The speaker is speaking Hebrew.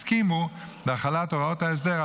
הסכימו להחלת הוראות ההסדר עליהם.